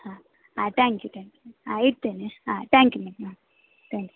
ಹಾಂ thank you thank you ಹಾಂ ಇಡ್ತೇನೆ ಹಾಂ ಟಾಂಕ್ ಯು ಮ್ಯಾಮ್ ಆಂ ತ್ಯಾಂಕ್